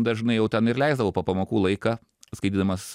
dažnai jau ten ir leisdavau po pamokų laiką skaitydamas